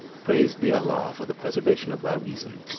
praised be allah for the preservation of thy reason!